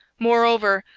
moreover,